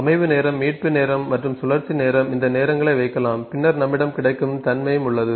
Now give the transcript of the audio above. அமைவு நேரம் மீட்பு நேரம் மற்றும் சுழற்சி நேரம் இந்த நேரங்களை வைக்கலாம் பின்னர் நம்மிடம் கிடைக்கும் தன்மையும் உள்ளது